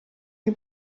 die